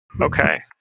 Okay